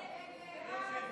הסתייגות